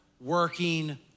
working